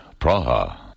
Praha